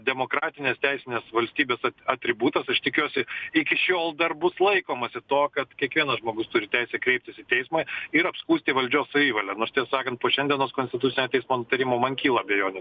demokratinės teisinės valstybės atributas aš tikiuosi iki šiol dar bus laikomasi to kad kiekvienas žmogus turi teisę kreiptis į teismą ir apskųsti valdžios savivalę nors tiesą sakant po šiandienos konstitucinio teismo nutarimo man kyla abejonių